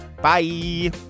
Bye